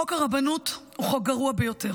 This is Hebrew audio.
חוק הרבנות הוא חוק גרוע ביותר.